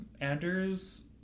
Anders